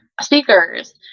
speakers